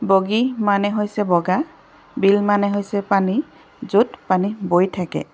বগী মানে হৈছে বগা বিল মানে হৈছে পানী য'ত পানী বৈ থাকে